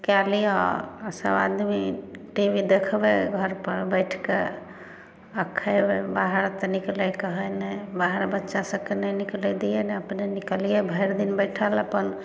कए लिय सब आदमी टी वी देखबै घर पर बैठ कऽ आ खेबै बाहर तऽ निकलैके है नहि बाहर बच्चा सबके नहि निकलै दियै नहि अपने निकलियै भैर दिन बैठल अपन